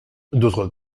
d’autre